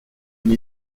une